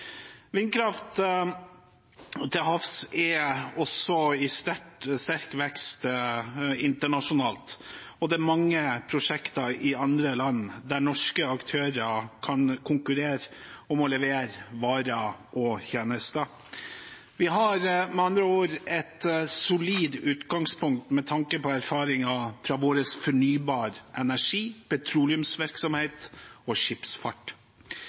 Vindkraft til havs er også i sterk vekst internasjonalt, og det er mange prosjekter i andre land der norske aktører kan konkurrere om å levere varer og tjenester. Vi har med andre ord et solid utgangspunkt med tanke på erfaringer fra vår fornybarenergi, petroleumsvirksomhet og skipsfart.